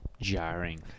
jarring